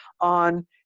on